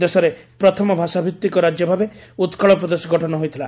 ଦେଶରେ ପ୍ରଥମ ଭାଷାଭିତ୍କ ରାଜ୍ୟ ଭାବେ ଉକ୍କଳ ପ୍ରଦେଶ ଗଠନ ହୋଇଥିଲା